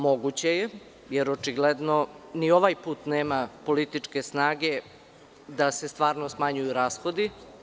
Moguće je jer očigledno ni ovaj put nema političke snage da se stvarno smanjuju rashodi.